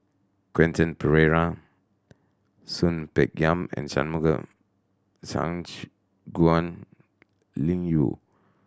Quentin Pereira Soon Peng Yam and Shangguan Liuyun